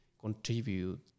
contribute